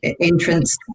entrance